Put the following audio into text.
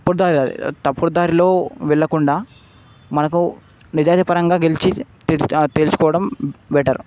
తప్పుడు దా తప్పుడు దారిలో వెళ్లకుండా మనకు నిజాయితీపరంగా గెలిచితే తెలుసుకోవడం బెటర్